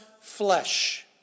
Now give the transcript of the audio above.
flesh